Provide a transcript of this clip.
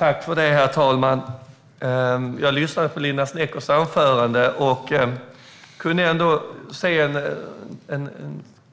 Herr talman! Jag lyssnade på Linda Sneckers anförande och kände ändå en